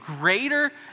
greater